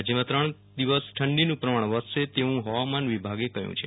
રાજ્યમાં ત્રણ દિવસ ઠંડીનું પ્રમાણ વધશે તેવું હવામાન વિભાગે કહ્યું છે